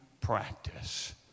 practice